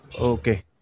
Okay